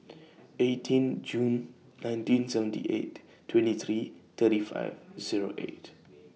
eighteen June nineteen seventy eight twenty three thirty five Zero eight